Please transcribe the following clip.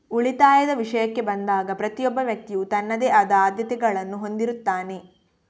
ಉಳಿತಾಯದ ವಿಷಯಕ್ಕೆ ಬಂದಾಗ ಪ್ರತಿಯೊಬ್ಬ ವ್ಯಕ್ತಿಯು ತನ್ನದೇ ಆದ ಆದ್ಯತೆಗಳನ್ನು ಹೊಂದಿರುತ್ತಾನೆ